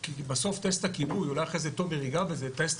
בסוף טייסת הכיבוי אולי אחרי זה תומר ייגע בזה טייסת